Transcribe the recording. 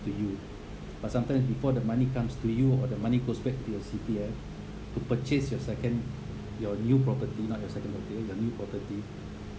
to you but sometimes before the money comes to you or the money goes back to your C_P_F to purchase your second your new property not your second property your new property